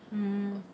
mm